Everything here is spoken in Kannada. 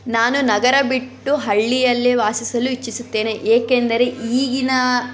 ನಾನು ನಗರ ಬಿಟ್ಟು ಹಳ್ಳಿಯಲ್ಲೇ ವಾಸಿಸಲು ಇಚ್ಛಿಸುತ್ತೇನೆ ಏಕೆಂದರೆ ಈಗಿನ